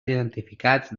identificats